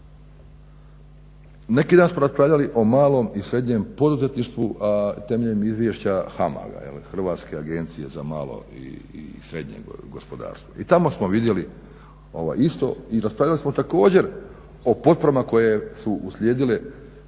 Neki dan smo raspravljali o malom i srednjem poduzetništvu, a temeljem izvješća HAMAG-a, Hrvatske agencije za malo i srednje gospodarstvo. I tamo smo vidjeli isto i raspravljali smo također o potporama koje su uslijedile